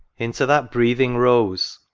into that breathing rose!